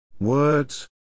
Words